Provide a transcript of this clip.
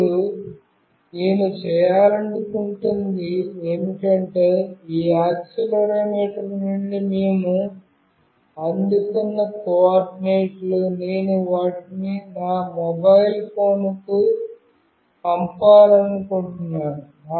ఇప్పుడు నేను చేయాలనుకుంటున్నది ఏమిటంటే ఈ యాక్సిలెరోమీటర్ నుండి మేము అందుకున్న కోఆర్డినేట్లు నేను వాటిని నా మొబైల్ ఫోన్కు పంపాలనుకుంటున్నాను